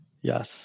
Yes